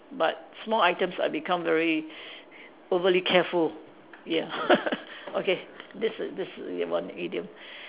but small items I become very overly carefully ya okay this is this is one idiom